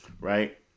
right